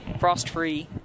Frost-free